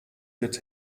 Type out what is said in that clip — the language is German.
wird